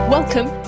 Welcome